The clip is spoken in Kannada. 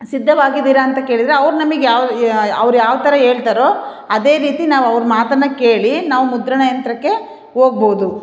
ಸಿದ್ದವಾಗಿದೀರ ಅಂತ ಕೇಳಿದರೆ ಅವ್ರು ನಮಗೆ ಯಾವ ಯಾ ಅವ್ರು ಯಾವ ಥರ ಹೇಳ್ತಾರೋ ಅದೇ ರೀತಿ ನಾವು ಅವ್ರ ಮಾತನ್ನು ಕೇಳಿ ನಾವು ಮುದ್ರಣ ಯಂತ್ರಕ್ಕೆ ಹೋಗ್ಬೌದು